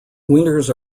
winters